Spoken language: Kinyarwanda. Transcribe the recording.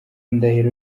ndahiro